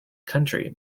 country